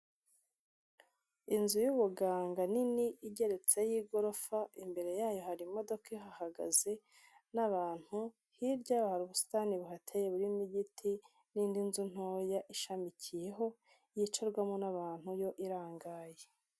Inzu y'ubuganga nini igeretseho hy'igorofa, imbere yayo hari imodoka ihahagaze n'abantu, hirya hari ubusitani buhateye burimo igiti n'indi nzu ntoya ishamikiyeho, yicarwamo n'abantu yo irangaye.